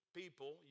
people